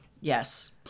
Yes